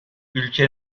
ülke